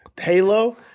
Halo